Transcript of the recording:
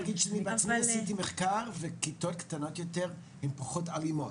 אני יכול לומר שאני עשיתי מחקר וכיתות קטנות יותר הן פחות אלימות.